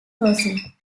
closing